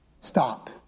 stop